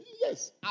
yes